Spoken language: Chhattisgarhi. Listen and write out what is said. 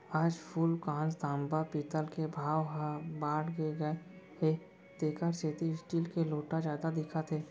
आज फूलकांस, तांबा, पीतल के भाव ह बाड़गे गए हे तेकर सेती स्टील के लोटा जादा दिखत हे